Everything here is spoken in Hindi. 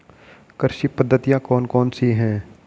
कृषि पद्धतियाँ कौन कौन सी हैं?